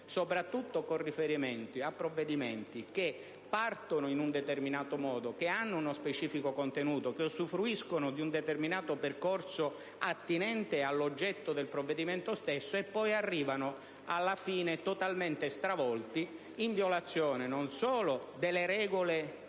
soprattutto con riferimento a provvedimenti che partono in un determinato modo, che hanno uno specifico contenuto, che usufruiscono di un determinato percorso attinente all'oggetto del provvedimento stesso e poi arrivano alla fine totalmente stravolti, in violazione non solo delle regole costituzionali